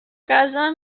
casa